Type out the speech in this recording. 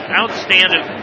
outstanding